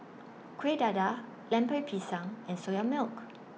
Kueh Dadar Lemper Pisang and Soya Milk